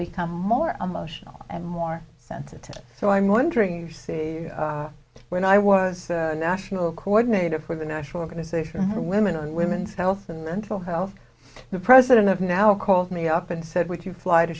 become more emotional and more sensitive so i'm wondering you see when i was a national coordinator for the national organization for women and women's health and mental health the president of now called me up and said would you fly to